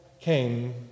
came